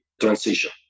transition